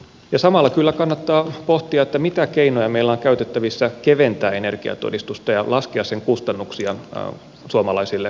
ja samalla kyllä kannattaa pohtia mitä keinoja meillä on käytettävissä keventää energiatodistusta ja laskea sen kustannuksia suomalaisille kuluttajille